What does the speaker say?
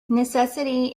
necessity